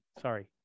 sorry